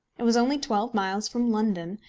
it was only twelve miles from london,